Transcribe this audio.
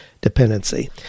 dependency